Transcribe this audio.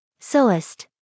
Soest